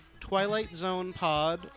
TwilightZonePod